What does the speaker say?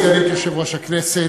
גברתי סגנית יושב-ראש הכנסת,